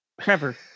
Trevor